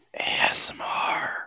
asmr